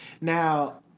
now